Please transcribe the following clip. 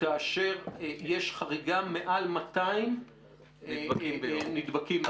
כאשר יש חריגה מעל 200 נדבקים ביום.